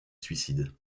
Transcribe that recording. suicide